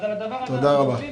על הדבר הזה אנחנו עומדים